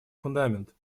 фундамент